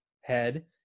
head